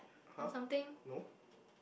or something